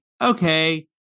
okay